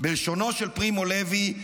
בלשונו של פרימו לוי,